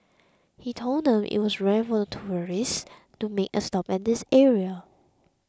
he told them it was rare for tourists to make a stop at this area